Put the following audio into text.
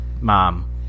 mom